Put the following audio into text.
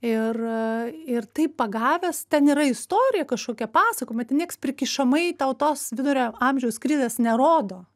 ir ir taip pagavęs ten yra istorija kažkokie pasakojimai ten nieks prikišamai tau tos vidurio amžiaus krizės nerodo